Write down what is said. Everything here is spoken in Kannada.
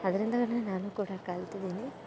ಅದ್ರಿಂದಲೇ ನಾನು ಕೂಡ ಕಲ್ತಿದ್ದೀನಿ